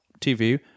tv